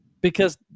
Because-